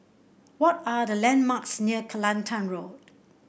what are the landmarks near Kelantan Road